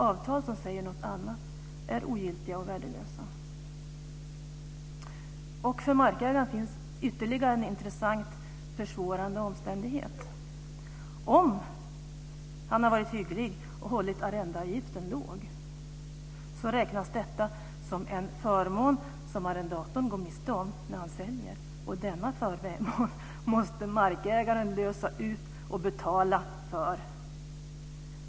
Avtal som säger någonting annat är ogiltiga och värdelösa. För markägaren finns ytterligare en intressant försvårande omständighet. Om han har varit hygglig och hållit arrendeavgiften låg så räknas detta som en förmån som arrendatorn går miste om när han säljer, och denna förmån måste markägaren lösa ut och betala för.